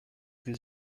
des